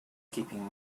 keeping